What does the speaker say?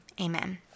Amen